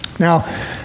Now